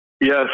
Yes